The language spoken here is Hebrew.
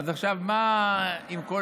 אז מה עכשיו עם כל